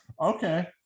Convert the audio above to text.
Okay